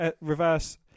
reverse